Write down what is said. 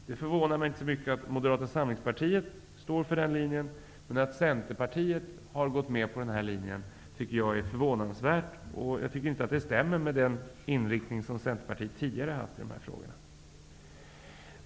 Det förvånar mig inte så mycket att Moderata samlingspartiet står för den linjen, men att Centerpartiet har gått med på den linjen tycker jag är förvånansvärt, och jag tycker inte att det stämmer överens med den inriktning som Centerpartiet tidigare har haft i de här frågorna.